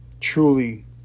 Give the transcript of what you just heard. truly